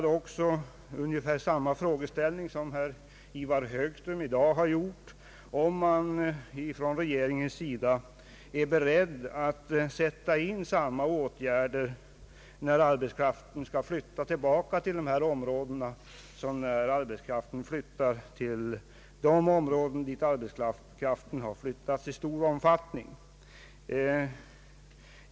Jag ställde då ungefär samma fråga som herr Ivar Högström nu har gjort, nämligen om regeringen är beredd att sätta in samma åtgärder när arbetskraften skall flytta tillbaka som när den flyttar till områden där det är stor efterfrågan på arbetskraft.